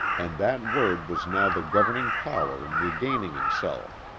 and that word was now the governing power in regaining himself.